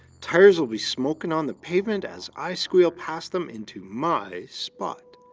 tires will be smoking on the pavement as i squeal past them into my spot.